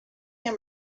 him